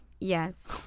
Yes